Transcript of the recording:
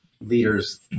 leaders